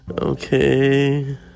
Okay